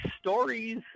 stories